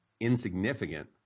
insignificant